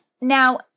now